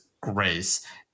grace